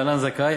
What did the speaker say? להלן: זכאי,